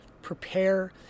prepare